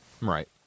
Right